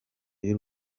y’u